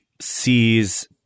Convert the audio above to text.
sees –